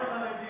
רק לא לחרדים.